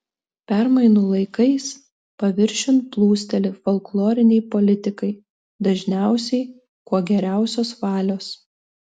permainų laikais paviršiun plūsteli folkloriniai politikai dažniausiai kuo geriausios valios